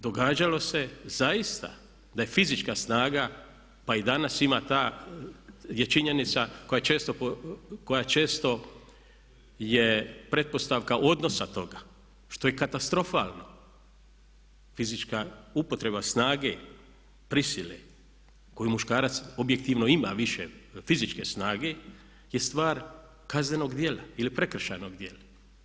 Događalo se zaista da je fizička snaga, pa i danas ima ta, je činjenica koja često je pretpostavka odnosa toga što je katastrofalno, fizička upotreba snage, prisile koju muškarac objektivno ima više fizičke snage je stvar kaznenog djela ili prekršajnog dijela.